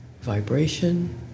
vibration